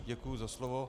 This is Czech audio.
Děkuji za slovo.